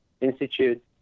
institute